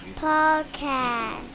Podcast